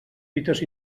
dites